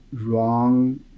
wrong